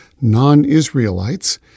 non-Israelites